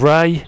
Ray